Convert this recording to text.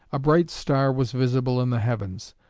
a bright star was visible in the heavens.